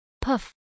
puff